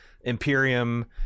imperium